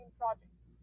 projects